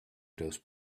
those